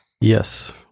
Yes